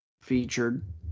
featured